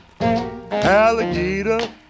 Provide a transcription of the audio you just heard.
Alligator